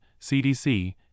CDC